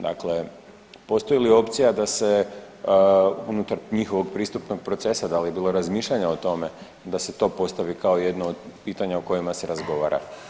Dakle, postoji li opcija da se unutar njihovog pristupnog procesa da li je bilo razmišljanja o tome da se to postavi kao jedno od pitanja o kojima se razgovara?